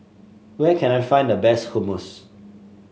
where can I find the best Hummus